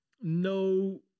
No